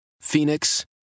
Phoenix